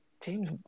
James